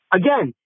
again